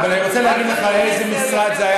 אבל אני רוצה להגיד לך איזה משרד זה היה